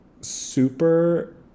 super